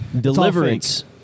Deliverance